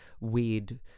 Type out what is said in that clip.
weird